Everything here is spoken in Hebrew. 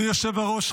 אדוני היושב-ראש,